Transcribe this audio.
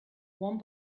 one